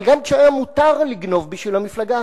אבל גם כשהיה מותר לגנוב בשביל המפלגה,